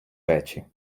речі